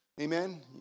Amen